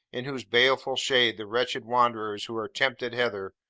in whose baleful shade the wretched wanderers who are tempted hither,